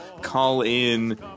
call-in